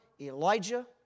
Elijah